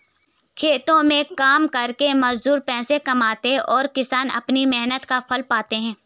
खेतों में काम करके मजदूर पैसे कमाते हैं और किसान अपनी मेहनत का फल पाता है